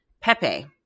Pepe